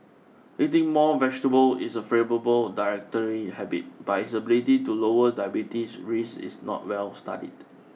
eating more vegetables is a favourable dietary habit but its ability to lower diabetes risk is not well studied